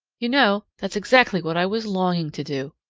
you know, that's exactly what i was longing to do!